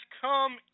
come